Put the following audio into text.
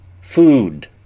food